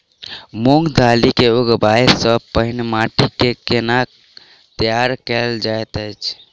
मूंग दालि केँ उगबाई सँ पहिने माटि केँ कोना तैयार कैल जाइत अछि?